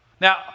Now